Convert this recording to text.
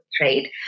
right